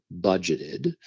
budgeted